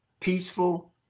peaceful